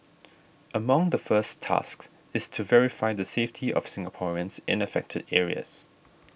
among the first tasks is to verify the safety of Singaporeans in affected areas